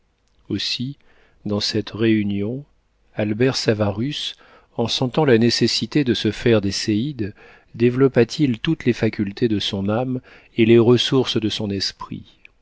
aussi dans cette réunion albert savarus en sentant la nécessité de se faire des séides développa t il toutes les facultés de son âme et les ressources de son esprit